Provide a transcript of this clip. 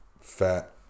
fat